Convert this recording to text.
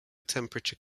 temperature